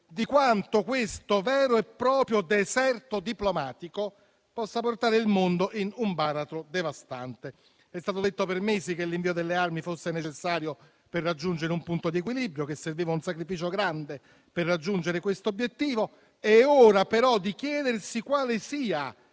di quanto questo vero e proprio deserto diplomatico possa portare il mondo in un baratro devastante. È stato detto per mesi che l'invio delle armi fosse necessario per raggiungere un punto di equilibrio, che serviva un sacrificio grande per raggiungere tale obiettivo; è ora però di chiedersi quale sia